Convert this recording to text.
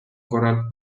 korral